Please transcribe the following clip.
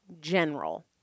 general